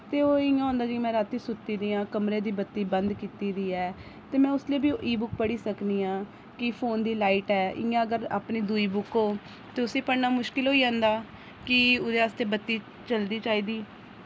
ते ओह् इ'यां होंदा कि राती सुत्ती दी आं कमरे दी बत्ती बंद कीती दी ऐ ते में उसलै बी इ बुक पढ़ी सकनी आं कि फोन दी लाइट ऐ इ'यां अगर अपनी दुई बुक होऐ ते उस्सी पढ़ना मुश्किल होई जंदा कि उदे आस्तै बत्ती चलनी चाहिदी